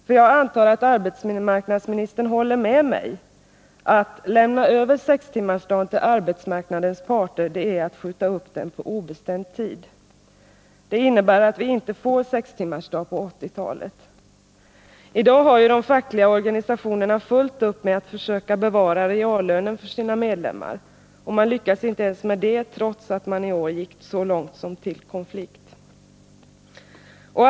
Jag antar nämligen att arbetsmarknadsministern håller med mig när jag säger: Att lämna över sextimmarsdagen till arbetsmarknadens parter är att skjuta upp den på obestämd tid. Det innebär att vi inte får någon sextimmarsdag under 1980-talet. I dag har de fackliga organisationerna fullt upp med att försöka bevara reallönen för sina medlemmar, och de lyckas inte ens med detta, trots att de i år gick så långt som till konflikt.